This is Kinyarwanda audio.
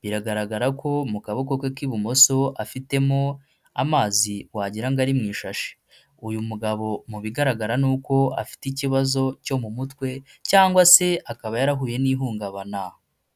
Biragaragara ko mu kaboko ke k'ibumoso afitemo amazi wagira ngo ari mu ishashi, uyu mugabo mu bigaragara ni uko afite ikibazo cyo mu mutwe cyangwa se akaba yarahuye n'ihungabana.